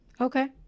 Okay